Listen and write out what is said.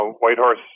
Whitehorse